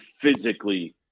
physically